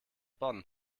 bonn